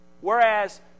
Whereas